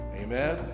amen